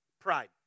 Pride